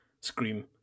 scream